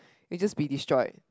you just be destroyed